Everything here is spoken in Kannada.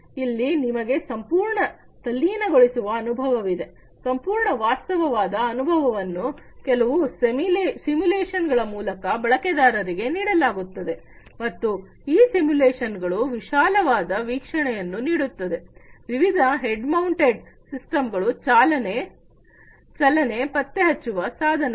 ಇಲ್ಲಿ ನಿಮಗೆ ಸಂಪೂರ್ಣ ತಲ್ಲೀನಗೊಳಿಸುವ ಅನುಭವವಿದೆ ಸಂಪೂರ್ಣ ವಾಸ್ತವವಾದ ಅನುಭವವನ್ನು ಕೆಲವು ಸಿಮಿಲೇಶನ್ ಗಳ ಮೂಲಕ ಬಳಕೆದಾರರಿಗೆ ನೀಡಲಾಗುತ್ತದೆ ಮತ್ತು ಈ ಸಿಮ್ಯುಲೇಶನ್ ಗಳು ವಿಶಾಲವಾದ ವೀಕ್ಷಣೆಯನ್ನು ನೀಡುತ್ತದೆ ವಿವಿಧ ಹೆಡ್ ಮೌಂಟೆಡ್ ಡಿಸ್ಪ್ಲೇ ಗಳು ಚಲನೆ ಪತ್ತೆ ಹಚ್ಚುವ ಸಾಧನಗಳು